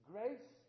Grace